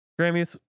Grammys